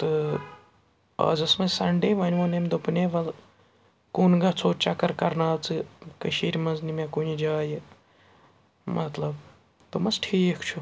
تہٕ آز ٲسۍ منٛز سَنڈے وۄنۍ ووٚن أمۍ دوٚپُن ہے ولہٕ کُن گَژھو چَکر کَرناو ژٕ کٔشیٖرِ منٛز نہٕ مےٚ کُنہِ جایہِ مطلب دوٚمَس ٹھیٖک چھُ